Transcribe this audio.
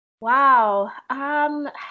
Wow